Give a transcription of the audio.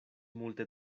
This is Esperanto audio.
multe